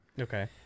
Okay